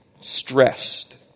stressed